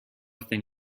thing